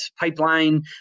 pipeline